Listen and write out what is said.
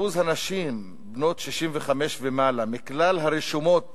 אחוז הנשים בנות 65 ומעלה בכלל הרשומות